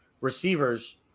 receivers